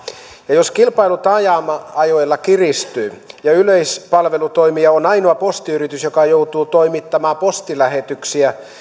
ja jos kilpailu taajama alueilla kiristyy ja yleispalvelutoimija on ainoa postiyritys joka joutuu toimittamaan postilähetyksiä